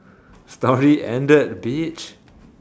story ended bitch